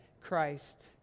Christ